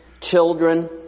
children